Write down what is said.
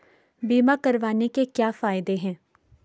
बीमा करवाने के क्या फायदे हैं?